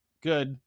good